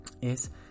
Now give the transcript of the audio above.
es